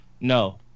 no